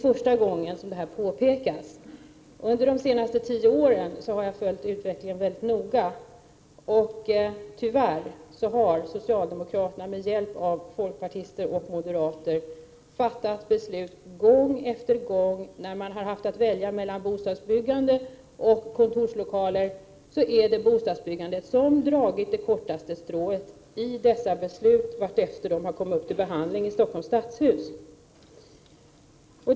Under de senaste tio åren har jag följt utvecklingen mycket noga, och jag vet att när man i Stockholms stadshus haft att välja mellan bostäder och kontorslokaler har socialdemokraterna, med hjälp av folkpartister och moderater, gång efter gång fattat beslut som inneburit att bostadsbyggandet dragit det kortaste strået.